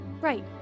Right